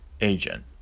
agent